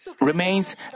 remains